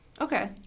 Okay